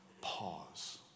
pause